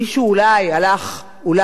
מישהו הלך אולי